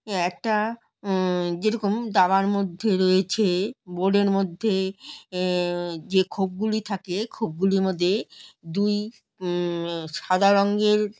একটা যেরকম দাবার মধ্যে রয়েছে বোর্ডের মধ্যে যে খোপগুলি থাকে খোপগুলির মধ্যে দুই সাদা রঙের